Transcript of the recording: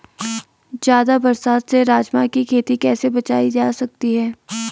ज़्यादा बरसात से राजमा की खेती कैसी बचायी जा सकती है?